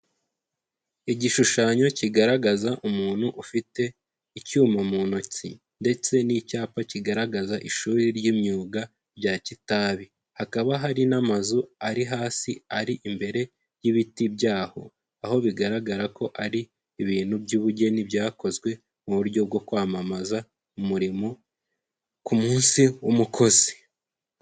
Igishushanyo kigaragaza umuntu ufite icyuma mu ntoki ndetse n'icyapa kigaragaza ishuri ry'imyuga rya Kitabi, hakaba hari n'amazu ari hasi ari imbere y'ibiti byaho, aho bigaragara ko ari ibintu by'ubugeni byakozwe mu buryo bwo kwamamaza umurimo ku munsi w'umukozi.